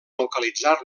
localitzar